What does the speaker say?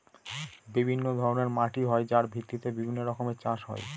বিভিন্ন ধরনের মাটি হয় যার ভিত্তিতে বিভিন্ন রকমের চাষ হয়